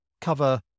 cover